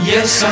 Yes